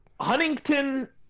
Huntington